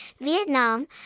Vietnam